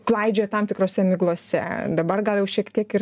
klaidžioja tam tikrose miglose dabar gal jau šiek tiek ir